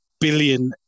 billion